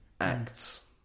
acts